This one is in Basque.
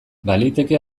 baliteke